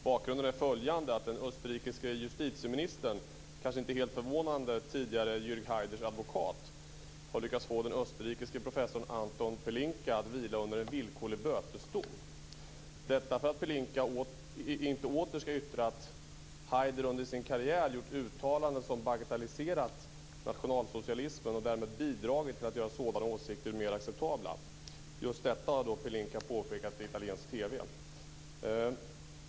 Bakgrunden är följande: Den österrikiske justitieministern, kanske inte helt förvånande tidigare Jürg Haiders advokat, har lyckats att få den österrikiske professorn Anton Belinka att vila under en villkorlig bötesdom; detta för att Belinka inte åter ska yttra att Haider under sin karriär gjort uttalanden som bagatelliserat nationalsocialismen och därmed bidragit till att göra sådana åsikter mer acceptabla. Just detta har Belinka påpekat i italiensk TV.